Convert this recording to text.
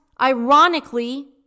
ironically